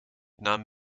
nahm